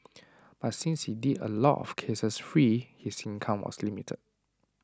but since he did A lot of cases free his income was limited